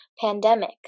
pandemic